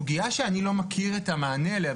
סוגיה שאני לא מכיר את המענה לה,